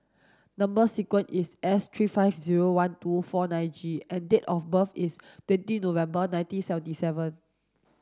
number sequence is S three five zero one two four nine G and date of birth is twenty November nineteen seventy seven